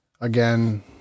again